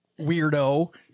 weirdo